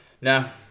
Now